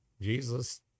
Jesus